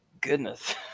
goodness